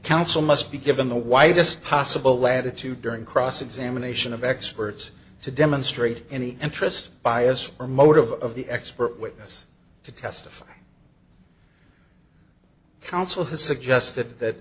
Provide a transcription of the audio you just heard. counsel must be given the widest possible latitude during cross examination of experts to demonstrate any interest bias or motive of the expert witness to testify counsel has suggested that